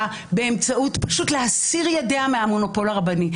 באמצעות להסיר את ידיה מהמונופול הרבני,